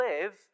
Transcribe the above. live